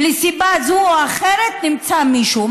מסיבה זו או אחרת נמצא מישהו.